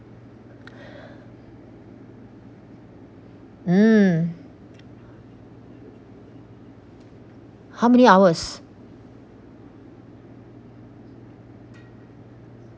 mm how many hours